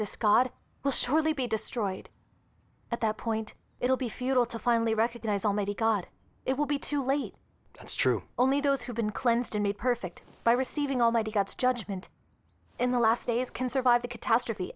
resists god will surely be destroyed at that point it will be futile to finally recognize almighty god it will be too late that's true only those who've been cleansed and made perfect by receiving almighty god's judgment in the last days can survive the catastrophe